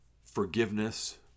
forgiveness